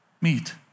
meet